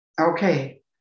okay